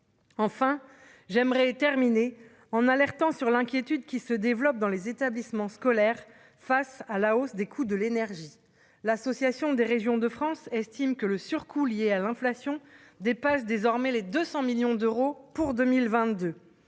enfin j'aimerais terminer en alertant sur l'inquiétude qui se développe dans les établissements scolaires, face à la hausse des coûts de l'énergie, l'Association des régions de France estime que le surcoût lié à l'inflation dépasse désormais les 200 millions d'euros pour 2022,